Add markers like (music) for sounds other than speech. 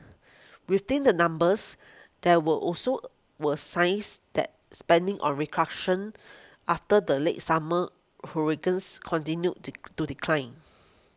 within the numbers there were also were signs that spending on (unintelligible) after the late summer hurricanes continued to do decline